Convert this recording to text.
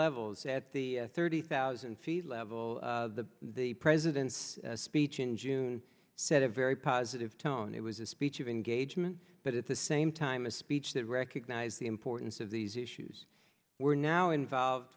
levels at the thirty thousand feet level the the president's speech in june set a very positive tone it was a speech of engagement but at the same time a speech that recognize the importance of these issues we're now involved